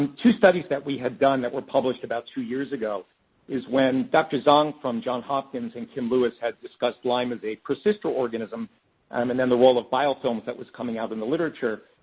and two studies that we had done that were published about two years ago is when dr. xiong from john hopkins and kim lewis had discussed lyme as a persister organism um and then the role of biofilm that was coming out in the literature.